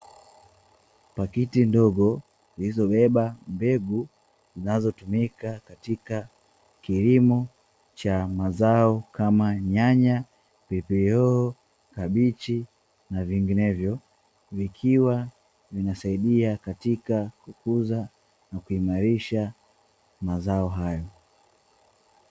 Pakiti ndogo zilizobeba mbegu zinazotumika katika kilimo cha mazao kama: nyanya, pilipili hoho, kabichi na vinginevyo, vikiwa vinasaidia katika kukuza na kuimarisha mazao hayo.